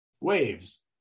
waves